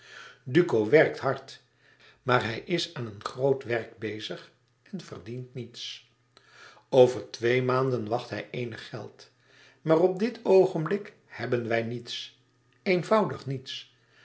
duco werkt hard maar hij is aan een groot werk bezig en verdient niets over twee maanden wacht hij eenig geld maar op dit oogenblik hebben wij niets eenvoudig niets